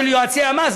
של יועצי המס,